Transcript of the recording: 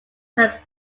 have